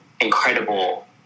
incredible